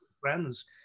friends